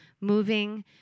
moving